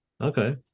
Okay